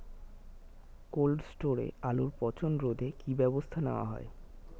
Cold স্টোরে আলুর পচন রোধে কি ব্যবস্থা নেওয়া হয়?